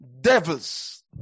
devils